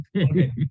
okay